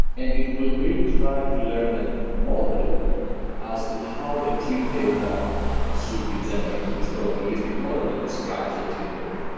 and it will really try to learn a model as to how the clean data should be generated, this probabilistic model that describes the clean data.